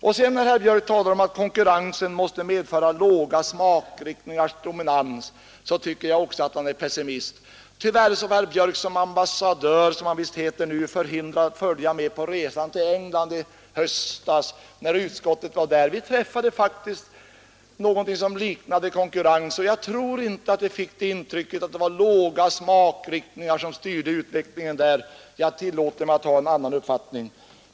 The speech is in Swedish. När herr Björk sedan talade om att konkurrensen nu måste medföra låga smakriktningars dominans, tycker jag också att han är pessimistisk. Tyvärr var herr Björk som ambassadör, som han visst är nu, förhindrad att följa med på resan till England i höstas när utskottet var där. Vi upplevde faktiskt att det finns någonting som liknade konkurrens i etermedia, och jag tror inte att vi fick det intrycket att det var låga smakriktningar som styrde utvecklingen där; jag tillåter mig att ha en annan uppfattning.